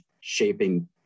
shaping